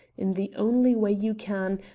in the only way you can,